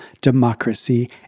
democracy